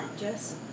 Jess